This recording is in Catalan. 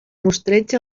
mostreig